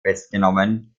festgenommen